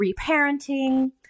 reparenting